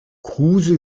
kruse